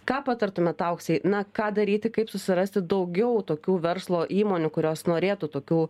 ką patartumėt auksei na ką daryti kaip susirasti daugiau tokių verslo įmonių kurios norėtų tokių